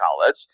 College